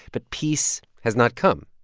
but peace has not come.